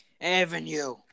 Avenue